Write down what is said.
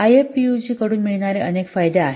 IFPUG कडून मिळणारे अनेक फायदे आहेत